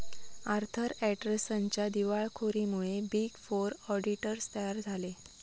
Arthur अँडरसनच्या दिवाळखोरीमुळे big four auditors तयार झाले